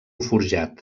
forjat